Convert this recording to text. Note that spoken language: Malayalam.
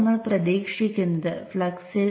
നിങ്ങളുടെ വിതരണം മോശമാകും